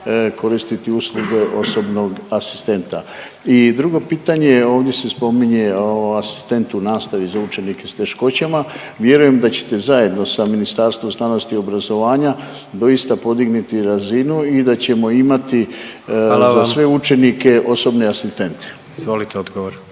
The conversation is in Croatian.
koristiti usluge osobnog asistenta. I drugo pitanje, ovdje se spominje asistent u nastavi za učenike s teškoćama. Vjerujem da ćete zajedno sa Ministarstvom znanosti i obrazovanja doista podigniti razinu i da ćemo imati …/Upadica: Hvala vam./… za sve učenike osobne asistente. **Jandroković,